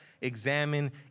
examine